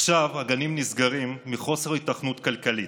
עכשיו הגנים נסגרים מחוסר היתכנות כלכלית,